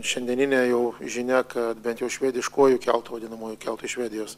šiandieninė jau žinia kad bent jau švediškuoju keltu vadinamuoju keltu iš švedijos